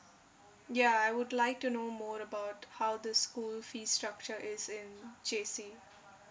ya I would like to know more about how the school fees structure is in J_C